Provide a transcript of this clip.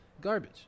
garbage